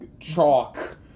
chalk